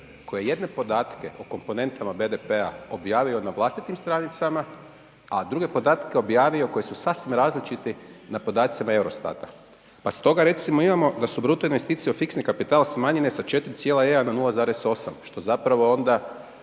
koji je jedne podatke o komponentama BDP-a objavio na vlastitim stranicama, a druge podatke objavio koji su sasvim različiti na podacima EUROSTAT-a. Pa stoga recimo imamo da su bruto investicije u fiksni kapital smanjenje sa 4,1 na 0,8 što zapravo onda